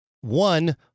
one